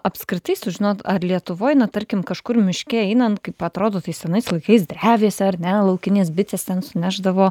apskritai sužinot ar lietuvoj na tarkim kažkur miške einant kaip atrodo tais senais laikais drevėse ar ne laukinės bitės ten sunešdavo